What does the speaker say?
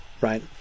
right